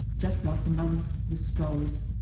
just like the mothers with strollers,